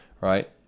right